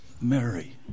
Mary